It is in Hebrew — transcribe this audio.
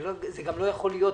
זה גם לא יכול להיות,